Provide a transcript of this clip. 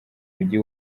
mujyi